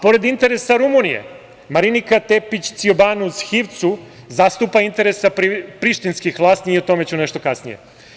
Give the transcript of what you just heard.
Pored interesa Rumunije, Marinika Tepić Ciobanu Zhivcu zastupa interese prištinskih vlasti, a o tome ću nešto kasnije.